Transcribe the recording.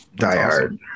diehard